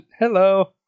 hello